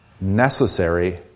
necessary